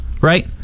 right